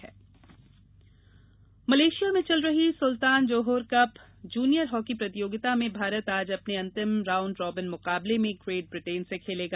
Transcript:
hockey Malaysia में चल रही Sultan Johor Cup junior hockey प्रतियोगिता में भारत आज अपने अंतिम राउंड रोबिन मुकाबले में ग्रेट ब्रिटेन से खेलेगा